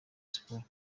sports